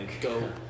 go